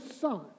Son